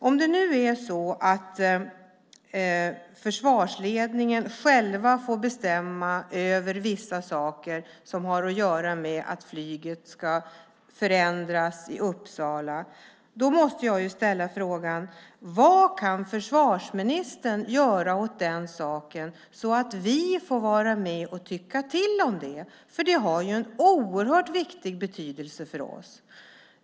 Om det nu är så att försvarsledningen själv får bestämma över vissa saker som har att göra med att flyget ska förändras i Uppsala måste jag ju ställa frågan: Vad kan försvarsministern göra åt den saken så att vi får vara med och tycka till om det? Det har ju oerhört stor betydelse för oss.